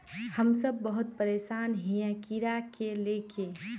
हम सब बहुत परेशान हिये कीड़ा के ले के?